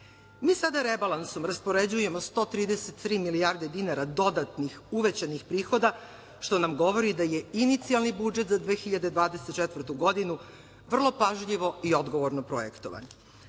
Mi sada rebalansom raspoređujemo 133 milijarde dinara dodatnih uvećanih prihoda što nam govori da je inicijalni budžet za 2024. godinu vrlo pažljivo i odgovorno projektovan.